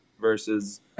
versus